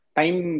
time